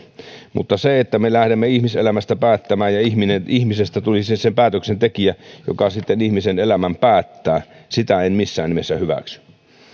mutta sitä että me lähtisimme ihmiselämästä päättämään ja ihmisestä tulisi se se päätöksentekijä joka sitten ihmisen elämän päättää en missään nimessä hyväksy